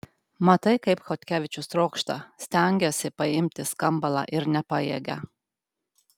matai kaip chodkevičius trokšta stengiasi paimti skambalą ir nepajėgia